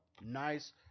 Nice